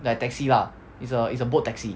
like taxi lah it's a it's a boat taxi